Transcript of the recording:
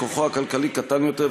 כוחו הכלכלי קטן יותר,